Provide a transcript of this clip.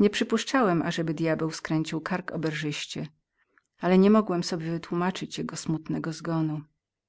nieprzypuszczałem ażeby djabeł skręcił był kark przeszłemu oberżyście ale nie mogłem sobie wytłómaczyć jego smutnego zgonu